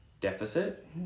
deficit